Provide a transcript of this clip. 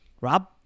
Rob